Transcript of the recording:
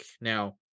Now